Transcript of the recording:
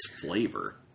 flavor